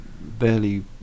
barely